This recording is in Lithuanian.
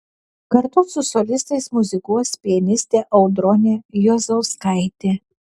kartu su solistais muzikuos pianistė audronė juozauskaitė